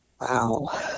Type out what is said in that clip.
Wow